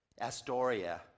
Astoria